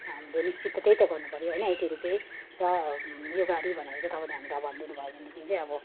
निश्चित त त्यही त गर्नुपऱ्यो होइन यति रुपियाँ र यो गाडी भनेर तपाईँले हामीलाई भनिदिनु भएदेखिलाई चाहिँ अब